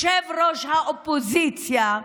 ראש האופוזיציה.